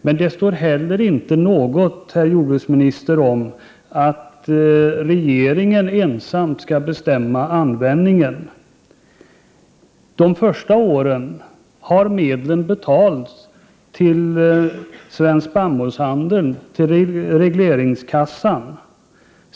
Men det står heller inte något om att regeringen ensam skall bestämma om användningen. De första åren har medlen betalats till Svensk Spannmålshandel, till regleringskassan.